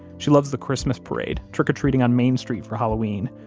she loves the christmas parade, trick or treating on main street for halloween,